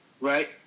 right